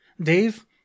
Dave